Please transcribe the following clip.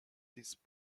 this